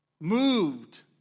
moved